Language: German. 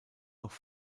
noch